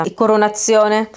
coronazione